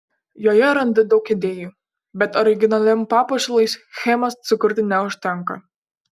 joje randu daug idėjų bet originaliam papuošalui schemos sukurti neužtenka